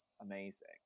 amazing